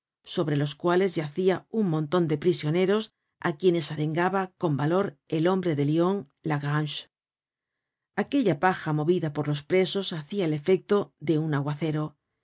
sobre los cuales yacía un monton de prisioneros á quienes arengaba con valor el hombre de lyon lagrange aquella paja movida por los presos hacia el efecto de un aguacero